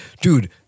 dude